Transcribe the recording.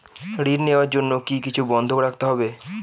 ঋণ নেওয়ার জন্য কি কিছু বন্ধক রাখতে হবে?